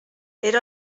era